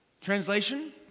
Translation